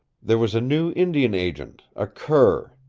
there was a new indian agent, a cur.